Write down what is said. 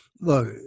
look